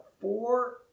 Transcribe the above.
four